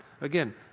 Again